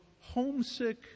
homesick